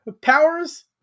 Powers